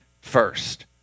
first